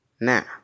Now